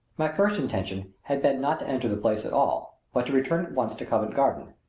my first intention had been not to enter the place at all, but to return at once to covent garden.